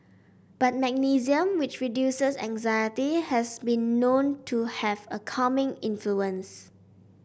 but magnesium which reduces anxiety has been known to have a calming influence